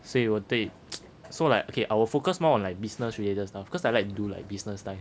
所以我对 so like okay I will focus more on like business related stuff because I like to do like business stuff